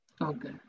okay